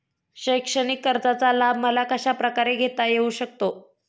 शैक्षणिक कर्जाचा लाभ मला कशाप्रकारे घेता येऊ शकतो?